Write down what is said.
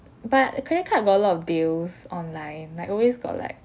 but a credit card got a lot of deals online like always got like